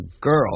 girl